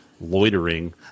loitering